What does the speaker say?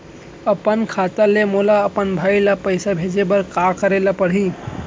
अपन खाता ले मोला अपन भाई ल पइसा भेजे बर का करे ल परही?